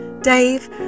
Dave